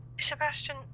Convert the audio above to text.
sebastian